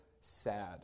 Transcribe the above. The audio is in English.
sad